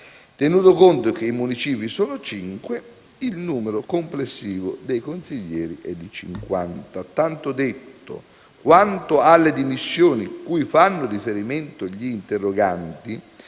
Tenuto conto che i municipi sono cinque, il numero complessivo dei consiglieri è di 50. Tanto detto, quanto alle dimissioni cui fanno riferimento gli interroganti,